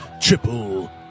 Triple